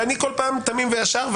ואני תמים וישר.